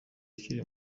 ukiri